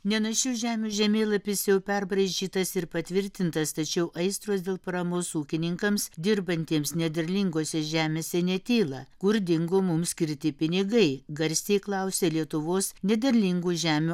nenašių žemių žemėlapis jau perbraižytas ir patvirtintas tačiau aistros dėl paramos ūkininkams dirbantiems nederlingose žemėse netyla kur dingo mums skirti pinigai garsiai klausia lietuvos nederlingų žemių